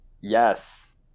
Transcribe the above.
Yes